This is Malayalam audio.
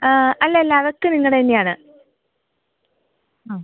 അല്ല അല്ല അതൊക്കെ നിങ്ങളുടെ തന്നെ ആണ് ആ